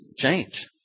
change